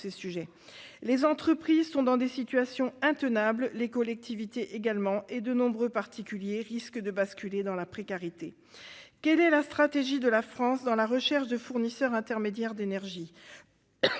Les entreprises sont dans des situations intenables, les collectivités également, et de nombreux particuliers risquent de basculer dans la précarité. Quelle est la stratégie de la France en matière de recherche de fournisseurs intermédiaires d'énergie ?